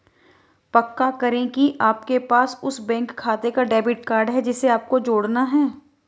पक्का करें की आपके पास उस बैंक खाते का डेबिट कार्ड है जिसे आपको जोड़ना है